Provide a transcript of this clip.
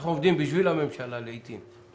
אנחנו עובדים בשביל הממשלה לעיתים.